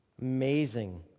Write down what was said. Amazing